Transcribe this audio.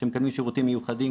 שמקבלים שירותים מיוחדים,